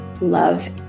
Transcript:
love